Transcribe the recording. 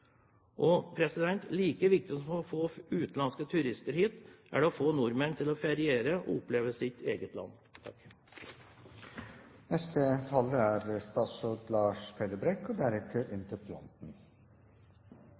Like viktig som å få utenlandske turister hit er det å få nordmenn til å feriere og å oppleve sitt eget land.